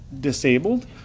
disabled